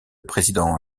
président